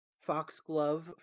Foxglove